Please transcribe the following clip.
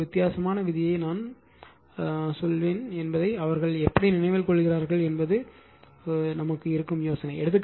எனவே ஒரு வித்தியாசமான விதியை நான் சொல்வேன் என்பதை அவர்கள் எப்படி நினைவில் கொள்கிறார்கள் என்பது யோசனை